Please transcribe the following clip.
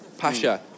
Pasha